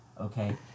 Okay